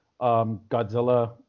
Godzilla